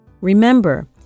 Remember